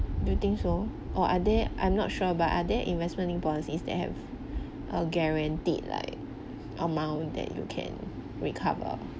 you think so or are there I'm not sure but are there investment policies that have a guaranteed like amount that you can recover